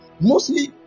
Mostly